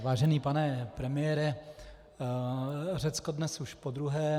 Vážený pane premiére, Řecko dnes už podruhé.